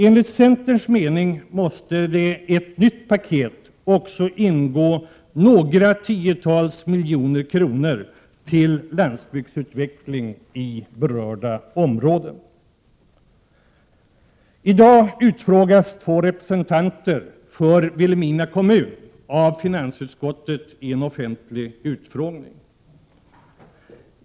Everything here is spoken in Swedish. Enligt centerns mening måste det i ett nytt paket också ingå några tiotals miljoner kronor till landsbygdsutveckling i berörda områden. I dag utfrågas två representanter för Vilhelmina kommun av finansutskottet i en offentlig utfrågning.